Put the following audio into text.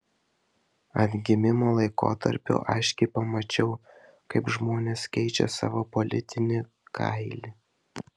atgimimo laikotarpiu aiškiai pamačiau kaip žmonės keičia savo politinį kailį